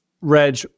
Reg